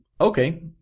Okay